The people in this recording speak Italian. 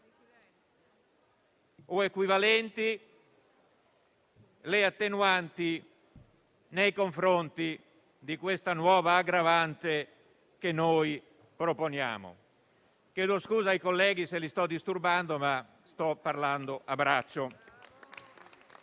o equivalenti le attenuanti nei confronti della nuova aggravante che proponiamo. *(Brusio)*. Chiedo scusa ai colleghi se li sto disturbando, ma sto parlando a braccio.